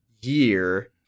year